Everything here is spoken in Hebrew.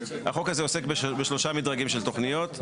החוק הזה עוסק בשלושה מדרגים של תוכניות,